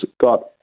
got